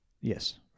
Yes